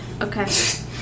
Okay